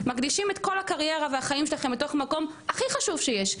מקדישים את כל הקריירה והחיים שלכם מתוך המקום הכי חשוב שיש,